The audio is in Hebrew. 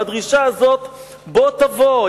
והדרישה הזו בוא תבוא,